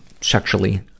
sexually